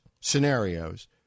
scenarios